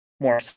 more